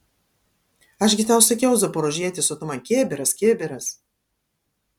aš gi tau sakiau zaporožietis o tu man kibiras kibiras